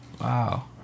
Wow